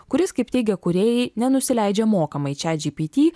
kuris kaip teigia kūrėjai nenusileidžia mokamai čiat džypyty